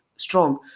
strong